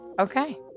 okay